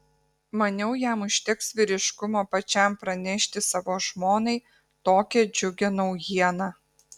maniau jam užteks vyriškumo pačiam pranešti savo žmonai tokią džiugią naujieną